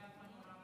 אדוני היושב-ראש,